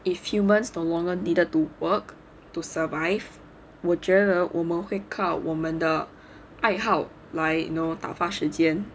if humans no longer needed to work to survive 我觉得我们会靠我们的爱好来 you know 打发时间